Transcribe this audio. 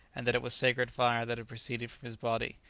and that it was sacred fire that had proceeded from his body.